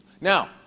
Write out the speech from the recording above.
Now